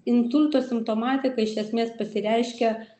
insulto simptomatika iš esmės pasireiškia